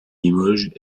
limoges